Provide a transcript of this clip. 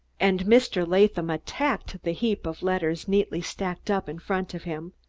and mr. latham attacked the heap of letters neatly stacked up in front of him.